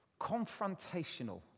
Confrontational